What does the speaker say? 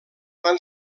van